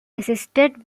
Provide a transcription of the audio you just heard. assisted